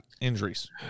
injuries